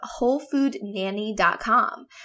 WholeFoodNanny.com